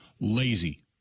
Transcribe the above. lazy